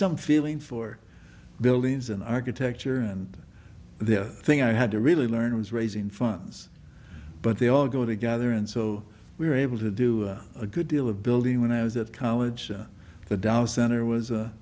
some feeling for buildings and architecture and the thing i had to really learn was raising funds but they all go together and so we were able to do a good deal of building when i was at college the down center was